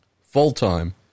full-time